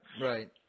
Right